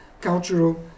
cultural